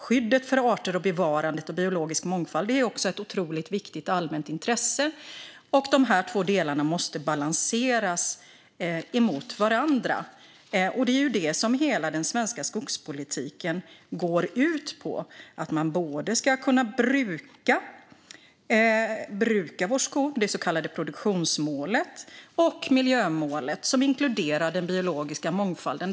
Skyddet för arter och bevarandet av biologisk mångfald är också ett otroligt viktigt allmänintresse, och de här två delarna måste balanseras mot varandra. Det är det som hela den svenska skogspolitiken går ut på: både det så kallade produktionsmålet, att man ska kunna bruka vår skog, och miljömålet, som inkluderar den biologiska mångfalden.